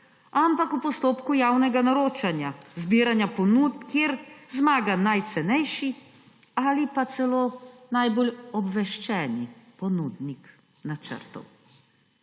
ampak v postopku javnega naročanja, zbiranja ponudb, kjer zmaga najcenejši ali pa celo najbolj obveščeni ponudnik načrtov.